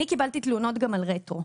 אני קיבלתי תלונות גם על רטרו.